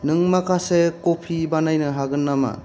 नों माखासे कफि बानायनो हागोन नामा